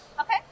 Okay